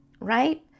right